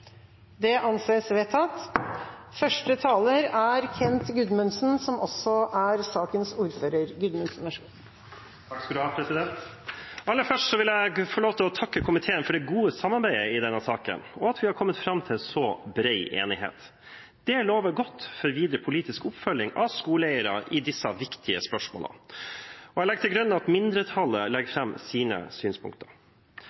Det anses vedtatt. Aller først vil jeg få lov til å takke komiteen for det gode samarbeidet i denne saken og at vi har kommet fram til en så bred enighet. Det lover godt for videre politisk oppfølging av skoleeiere i disse viktige spørsmålene. Jeg legger til grunn at mindretallet legger